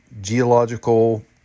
geological